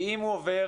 אם הוא עובר